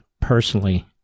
personally